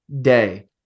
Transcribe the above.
day